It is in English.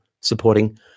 supporting